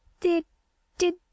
Did—did